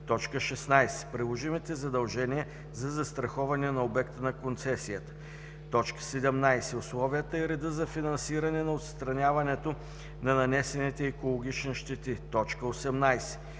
16. приложимите задължения за застраховане на обекта на концесията; 17. условията и реда за финансиране на отстраняването на нанесени екологични щети; 18.